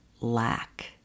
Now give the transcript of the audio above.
lack